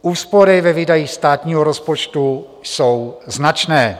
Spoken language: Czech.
Úspory ve výdajích státního rozpočtu jsou značné.